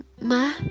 Ma